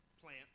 plant